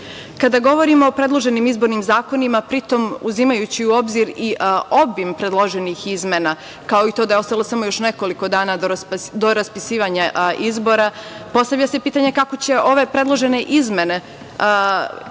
govorimo o predloženim izbornim zakonima, pri tom uzimajući u obzir i obim predloženih izmena, kao i to da je ostalo samo nekoliko dana do raspisivanja izbora, postavlja se pitanje kako će ove predložene izmene, kakav